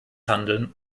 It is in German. handeln